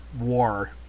war